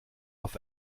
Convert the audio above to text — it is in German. auf